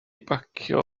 bacio